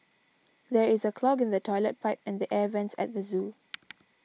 there is a clog in the Toilet Pipe and the Air Vents at the zoo